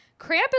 Krampus